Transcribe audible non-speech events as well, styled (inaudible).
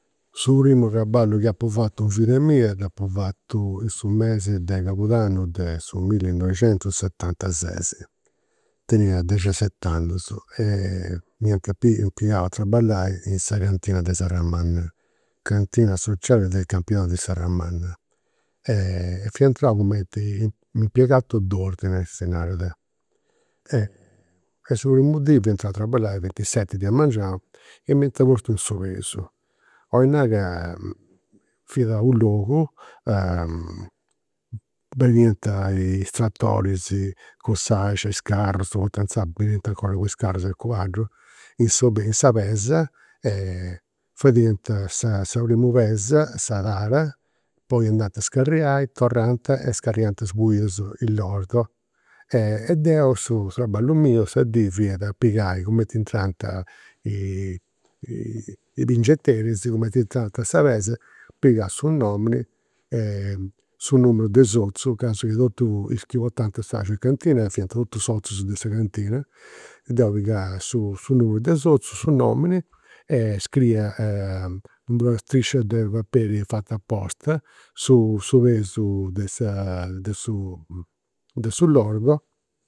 Su primu traballu chi apu fatu in vida mia dd'apu fatu in su mesi de cabudanni de su millinoixentussetantases. Tenia dexiaset'annus e m'iant (hesitation) m'iant pigau a traballai in sa cantina de Serramanna, cantina sociale del Campidano di Serramanna. Fia intrau cumenti a impiegato d'ordine, si narat. E sa primu dì fia intrau a traballai fiant i' seti de mengianu e m'iant postu in su pesu. Oi nai ca fiat u' logu a (hesitation) beniant is tratoris cun s'axia, is carrus poita inzaras beniant 'ncora cun is carrus e a cuaddu, (unintelligible) in sa pesa e fadiant sa primu pesa, sa tara, poi andant a scarriai, torrant e scarriant sbuidu, su lordo. E deu, su traballu miu, sa dì, fiat a pigai cumenti intrant i (hesitation) i' bingenteris, cumenti intrant a sa pesa, pigà su nomini, su numeru de sozu, ca gasi totus is chi portant (unintelligible) a cantina fiant totus sozus de sa cantina e deu pigà su (hesitation) su numeru de sozu, su nomini e scriia in d'una striscia de paperi fata aposta, su su pesu de sa (hesitation) de su de su lordo